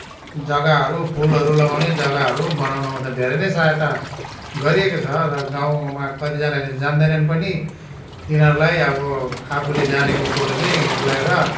जग्गाहरू फुलहरू लगाउने जग्गाहरू बनाउनमा त धेरै नै सहायता गरिएको छ र गाउँमा कतिजानाले जान्दैनन् पनि तिनीहरोलाई अब आफूले जानेको कुरो चाहिँ गोएर